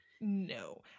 No